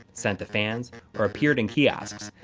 sent to fans or appeared in kiosks,